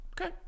Okay